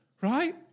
right